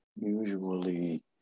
usually